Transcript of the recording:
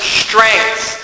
strengths